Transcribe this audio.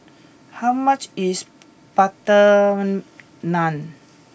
how much is Butter Naan